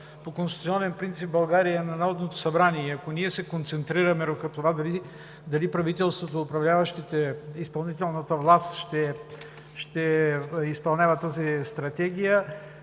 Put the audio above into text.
по конституционен принцип в България, е на Народното събрание. Ако ние се концентрираме върху това дали правителството, управляващите, изпълнителната власт ще изпълняват тази Стратегия,